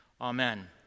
Amen